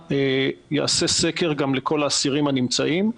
הבאה ייעשה סקר גם לכל האסירים הנמצאים.